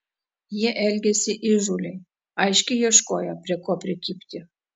jie elgėsi įžūliai aiškiai ieškojo prie ko prikibti